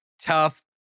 tough